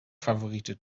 favoriete